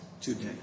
today